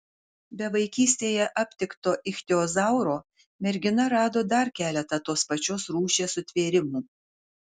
be vaikystėje aptikto ichtiozauro mergina rado dar keletą tos pačios rūšies sutvėrimų